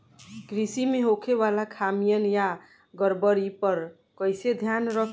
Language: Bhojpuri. कृषि में होखे वाला खामियन या गड़बड़ी पर कइसे ध्यान रखि?